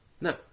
No